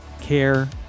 care